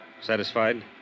Satisfied